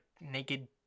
naked